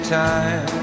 time